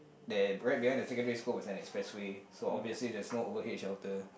there right behind the secondary school was an expressway so obviously there is no overhead shelter